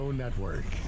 network